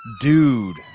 Dude